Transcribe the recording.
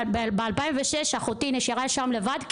ב-2006 אחותי נשארה שם לבד,